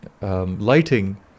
Lighting